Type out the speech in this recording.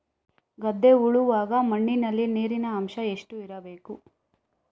ಗದ್ದೆ ಉಳುವಾಗ ಮಣ್ಣಿನಲ್ಲಿ ನೀರಿನ ಅಂಶ ಎಷ್ಟು ಇರಬೇಕು?